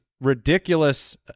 ridiculous